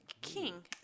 king